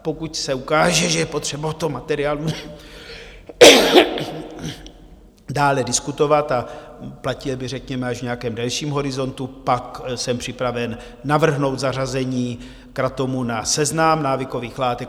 Pokud se ukáže, že je potřeba o tom materiálu dále diskutovat a platil by řekněme až v nějakém delším horizontu, pak jsem připraven navrhnout zařazení kratomu na seznam návykových látek.